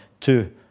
two